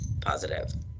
positive